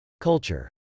culture